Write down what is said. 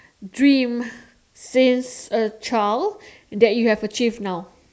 dream since a child that you have achieved now